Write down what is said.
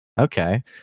okay